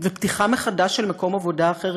ופתיחה מחדש של מקום עבודה אחר,